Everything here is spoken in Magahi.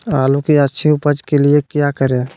आलू की अच्छी उपज के लिए क्या करें?